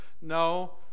No